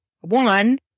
one